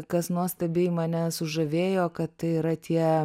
kas nuostabiai mane sužavėjo kad tai yra tie